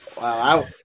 Wow